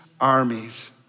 armies